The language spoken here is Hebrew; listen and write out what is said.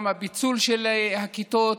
גם הפיצול של הכיתות